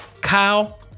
Kyle